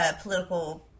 political